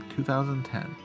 2010